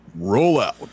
rollout